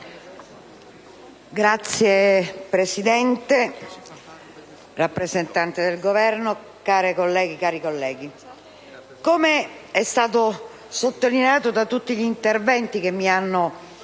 Signora Presidente, rappresentante del Governo, care colleghe e cari colleghi, come è stato sottolineato da tutti gli interventi che mi hanno